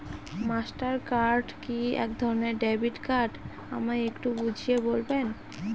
Master card কি একধরণের debit card আমায় একটু বুঝিয়ে বলবেন?